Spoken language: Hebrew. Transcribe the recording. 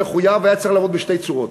שמחויב, היה צריך לבוא בשתי צורות.